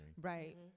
right